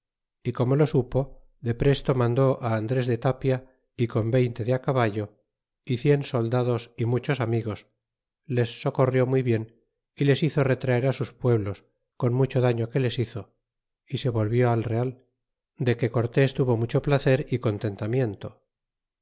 y como lo supo depresto mandó a andres de tapia y con veinte de caballo y cien soldados y muchos amigos les socorrió muy bien y les hizo retraer sus pueblos con mucho daño que les hizo y se volvió al real de que cortes hubo mucho placer y contentamiento